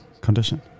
condition